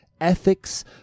ethics